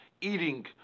eating